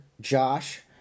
Josh